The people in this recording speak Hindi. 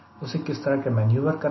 उसे किस तरह के मैन्यूवर करने हैं